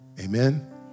amen